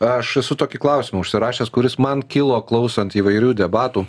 aš esu tokį klausimą užsirašęs kuris man kilo klausant įvairių debatų